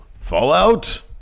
Fallout